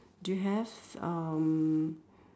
do you have um